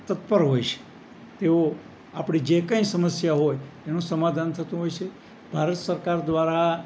તત્પર હોય છે તેઓ આપણી જે કાંઈ સમસ્યા હોય એનું સમાધાન થતું હોય છે ભારત સરકાર દ્વારા